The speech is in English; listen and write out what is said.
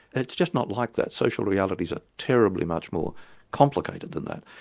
it's just not like that, social realities are terribly much more complicated than that,